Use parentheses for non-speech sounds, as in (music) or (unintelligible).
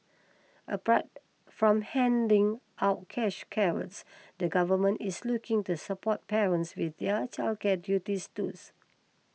apart from handing out cash carrots the Government is looking to support parents with their childcare duties (unintelligible)